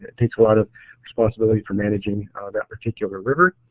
takes a lot of responsibility for managing that particular river.